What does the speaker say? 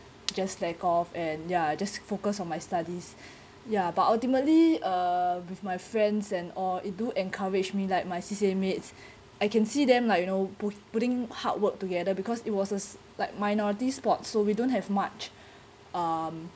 just slack off and ya just focus on my studies ya but ultimately uh with my friends and all it do encourage me like my C_C_A mates I can see them like you know pu~ putting hard work together because it was a like minority sport so we don't have much um